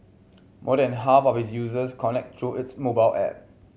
more than half of its users connect through its mobile app